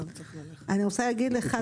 אני רוצה להגיד לך,